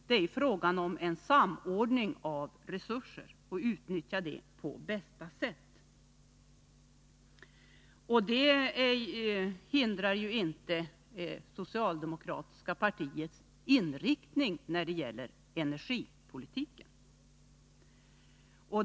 Det är fråga om att samordna resurser och att utnyttja dem på bästa sätt. Detta är inget hinder för det socialdemokratiska partiets inriktning när det Nr 33 gäller energipolitiken.